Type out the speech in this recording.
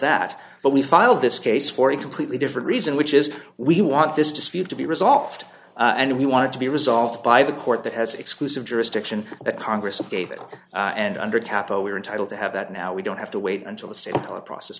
that but we filed this case for a completely different reason which is we want this dispute to be resolved and we want to be resolved by the court that has exclusive jurisdiction the congress gave it and under the capital we are entitled to have that now we don't have to wait until the state